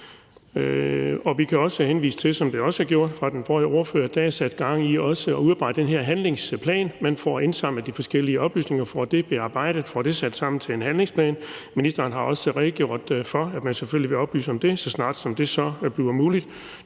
Vi kan også henvise til, som det også blev gjort af den forrige ordfører, at der er sat gang i at udarbejde den her handlingsplan, så man får indsamlet alle de forskellige oplysninger, får dem bearbejdet og får det sat sammen til en handlingsplan. Ministeren har også redegjort for, at man selvfølgelig vil oplyse om det, så snart det så bliver muligt.